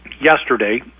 yesterday